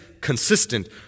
consistent